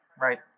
Right